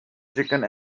chicken